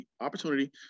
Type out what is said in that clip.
opportunity